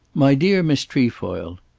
my dear miss trefoil,